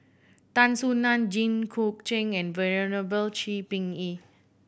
Tan Soo Nan Jit Koon Ch'ng and Venerable Shi Ming Yi